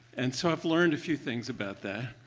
and so i've learned a few things about that.